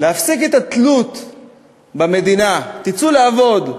להפסיק את התלות במדינה, תצאו לעבוד,